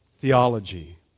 Theology